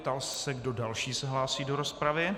Ptám se, kdo další se hlásí do rozpravy.